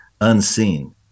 unseen